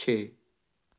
ਛੇ